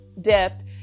depth